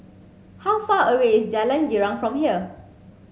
how far away is Jalan Girang from here